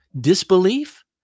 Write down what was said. Disbelief